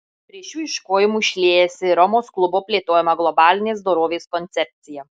prie šių ieškojimų šliejasi ir romos klubo plėtojama globalinės dorovės koncepcija